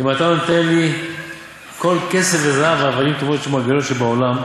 "אם אתה נותן לי כל כסף וזהב ואבנים טובות ומרגליות שבעולם,